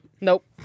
Nope